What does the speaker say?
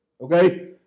Okay